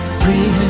free